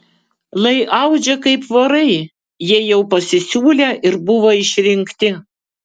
lai audžia kaip vorai jei jau pasisiūlė ir buvo išrinkti